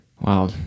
Wow